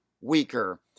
weaker